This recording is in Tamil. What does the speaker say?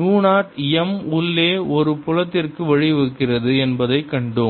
மு 0 m உள்ள ஒரு புலத்திற்கு வழிவகுக்கிறது என்பதைக் கண்டோம்